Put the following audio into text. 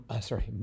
sorry